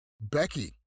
Becky